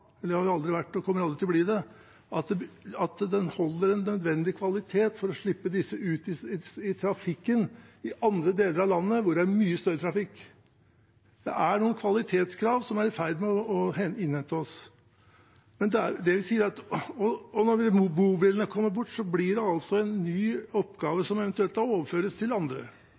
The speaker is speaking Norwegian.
det har de aldri vært og kommer aldri til å bli – at de holder en nødvendig kvalitet for å slippe disse ut i trafikken i andre deler av landet, hvor det er mye større trafikk. Det er noen kvalitetskrav som er i ferd med å innhente oss. Når bobilene kommer bort, blir det altså en ny oppgave som eventuelt overføres til andre.